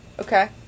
okay